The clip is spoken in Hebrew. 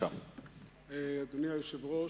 אדוני היושב-ראש,